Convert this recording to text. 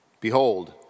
Behold